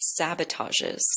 sabotages